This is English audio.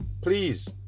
please